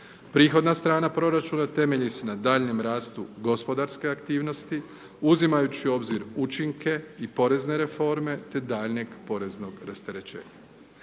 Prihodna strana proračuna temelji se na daljnjem rastu gospodarske aktivnosti uzimajući u obzir učinke i porezne reforme te daljnjeg poreznog rasterećenja.